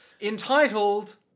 Entitled